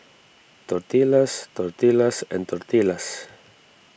Tortillas Tortillas and Tortillas